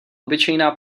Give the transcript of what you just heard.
obyčejná